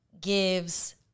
gives